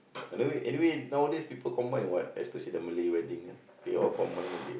anyway anyway nowadays people combine what especially the Malay wedding ah they all combine a bit [what]